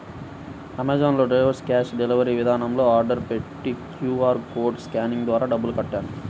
Amazon లో diapers cash delivery విధానంలో order పెట్టి క్యూ.ఆర్ కోడ్ స్కానింగ్ ద్వారా డబ్బులు కట్టాను